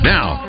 Now